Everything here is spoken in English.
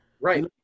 Right